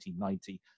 1990